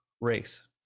race